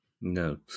no